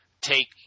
take